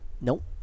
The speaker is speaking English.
Nope